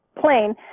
plane